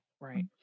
Right